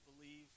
believe